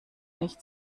nicht